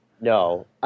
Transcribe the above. No